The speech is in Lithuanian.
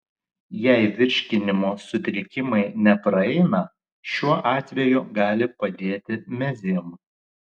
jei virškinimo sutrikimai nepraeina šiuo atveju gali padėti mezym